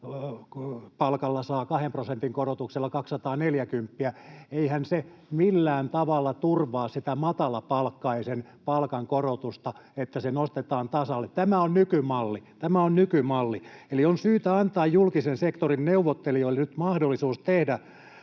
palkalla saa kahden prosentin korotuksella kaksisataaneljäkymppiä, niin eihän se millään tavalla turvaa sitä matalapalkkaisen palkankorotusta, että se nostetaan tasalle. Tämä on nykymalli. Eli on syytä antaa julkisen sektorin neuvottelijoille nyt mahdollisuus tehdä